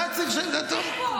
אין בעיה, תוריד חוק.